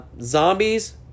Zombies